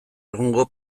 egungo